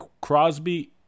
Crosby